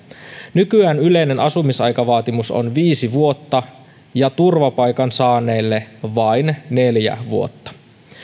nykyään yleinen asumisaikavaatimus on viisi vuotta ja turvapaikan saaneille vain neljä vuotta